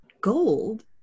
gold